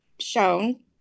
shown